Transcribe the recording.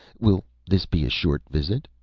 will this be a short visit?